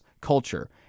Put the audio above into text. culture